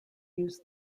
use